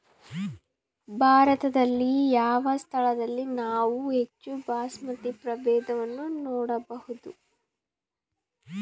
ಭಾರತದಲ್ಲಿ ಯಾವ ಸ್ಥಳದಲ್ಲಿ ನಾವು ಹೆಚ್ಚು ಬಾಸ್ಮತಿ ಪ್ರಭೇದವನ್ನು ನೋಡಬಹುದು?